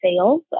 sales